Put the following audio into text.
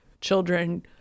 children